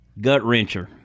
gut-wrencher